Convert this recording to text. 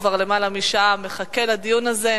כבר למעלה משעה הוא מחכה לדיון הזה.